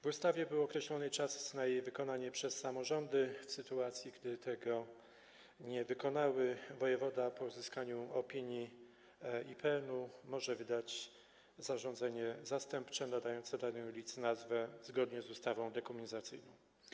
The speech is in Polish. W ustawie był określony czas na jej wykonanie przez samorządy, a w sytuacji gdy tego nie wykonały, wojewoda, po uzyskaniu opinii IPN, może wydać zarządzenie zastępcze nadające danej ulicy nazwę zgodną z ustawą dekomunizacyjną.